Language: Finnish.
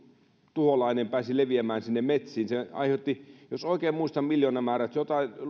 tuholainen pääsi leviämään sinne metsiin jos oikein muistan miljoonamäärät se